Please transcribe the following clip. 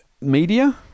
media